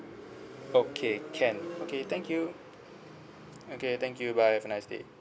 okay can okay thank you okay thank you bye have a nice day